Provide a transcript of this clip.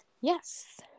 Yes